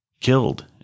killed